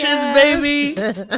baby